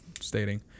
stating